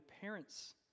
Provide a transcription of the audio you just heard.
parents